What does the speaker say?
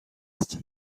است